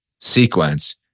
sequence